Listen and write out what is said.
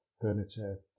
furniture